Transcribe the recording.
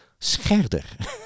Scherder